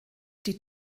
die